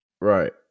Right